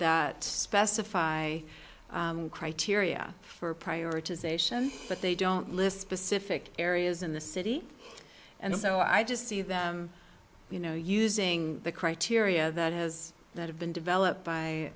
that specify criteria for prioritization but they don't list specific areas in the city and so i just see that you know using the criteria that has that have been developed by